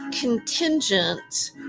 contingent